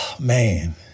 Man